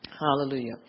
Hallelujah